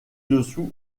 dessous